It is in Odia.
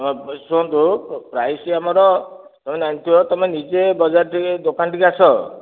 ହଁ ଶୁଣନ୍ତୁ ପ୍ରାଇସ୍ ଆମର ତୁମେ ଜାଣିଥିବ ତୁମେ ନିଜେ ବଜାର ଠି ଦୋକାନ ଠିକୁ ଆସ